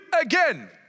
again